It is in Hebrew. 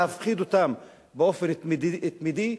להפחיד אותם באופן תמידי,